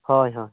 ᱦᱳᱭ ᱦᱳᱭ